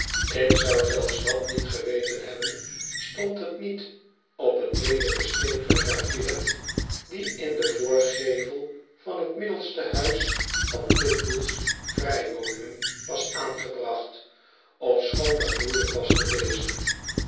ik zou zelfs dat niet geweten hebben stond het niet op een leelijken steen gegraveerd die in den voorgevel van t middelste huis van titbull's vrij woningen was aangebracht ofschoon dat moeielijk was te lezen